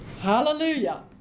Hallelujah